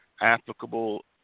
applicable